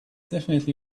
definitely